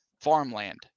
farmland